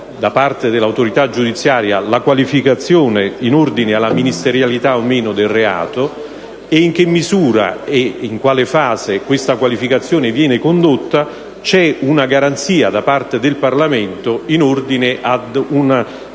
da parte dell'autorità giudiziaria, la qualificazione in ordine alla ministerialità o meno del reato e in che misura e in quale fase questa qualificazione viene condotta, e se c'è una garanzia da parte del Parlamento in ordine ad un